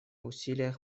усилиях